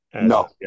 No